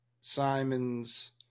Simons